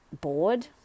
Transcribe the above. bored